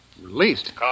Released